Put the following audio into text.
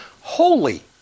holy